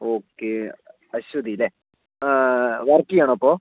okay Aswathy അല്ലേ work ചെയ്യുകയാണോ ഇപ്പോൾ